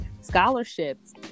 scholarships